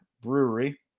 Brewery